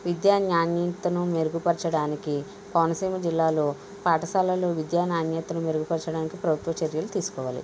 విద్యా నాణ్యతను మెరుగుపరచడానికి కోనసీమ జిల్లాలో పాఠశాలలో విద్యా నాణ్యతను మెరుగుపరచడానికి ప్రభుత్వ చర్యలు తీసుకోవాలి